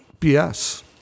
BS